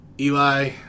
Eli